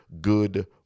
good